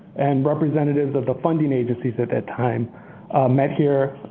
and representatives of the funding agencies at that time met here